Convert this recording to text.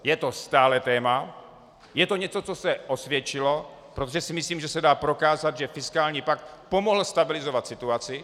Je to stále téma, je to něco, co se osvědčilo, protože si myslím, že se dá prokázat, že fiskální pakt pomohl stabilizovat situaci.